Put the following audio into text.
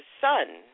son